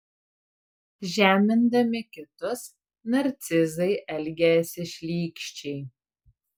žemindami kitus narcizai elgiasi šlykščiai